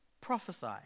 prophesy